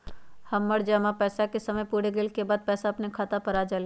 हमर जमा पैसा के समय पुर गेल के बाद पैसा अपने खाता पर आ जाले?